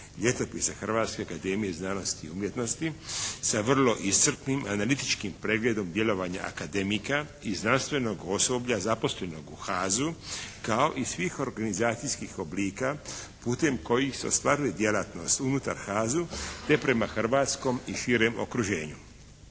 ljetopisa" Hrvatske akademije znanosti i umjetnosti sa vrlo iscrpnim analitičkim pregledom djelovanja akademika i znanstvenog osoblja zaposlenog u HAZ-u kao i svih organizacijskih oblika putem kojih se ostvaruje djelatnost unutar HAZ-u te prema Hrvatskom i širem okruženju.